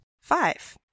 Five